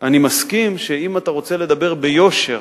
אני מסכים שאם אתה רוצה לדבר ביושר,